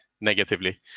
negatively